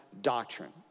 doctrine